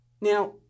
Now